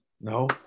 No